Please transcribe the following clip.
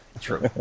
True